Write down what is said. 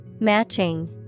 Matching